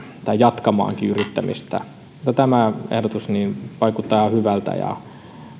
tai jatkamistakin mutta tämä ehdotus vaikuttaa ihan hyvältä ja